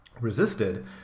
resisted